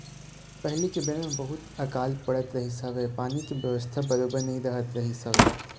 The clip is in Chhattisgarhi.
पहिली के बेरा म बहुत अकाल पड़त रहिस हवय पानी के बेवस्था बरोबर नइ रहत रहिस हवय